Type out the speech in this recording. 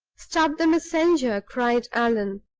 stop the messenger! cried allan,